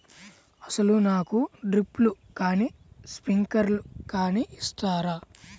అసలు నాకు డ్రిప్లు కానీ స్ప్రింక్లర్ కానీ ఇస్తారా?